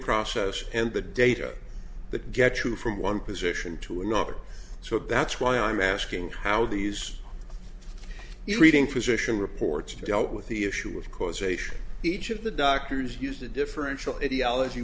process and the data that get you from one position to another so that's why i'm asking how these you're reading physician reports dealt with the issue of causation each of the doctors used a differential idiology